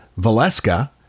Valeska